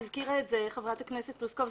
והזכירה את זה חברת הכנסת פלוסקוב.